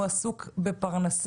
הוא עסוק בפרנסה,